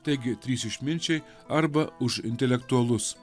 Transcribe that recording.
taigi trys išminčiai arba už intelektualus